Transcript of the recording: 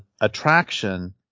attraction